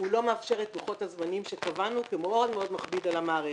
לא מאפשר את לוחות הזמנים שקבענו כי הוא מאוד מאוד מכביד על המערכת.